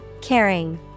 Caring